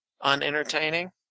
unentertaining